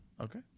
Okay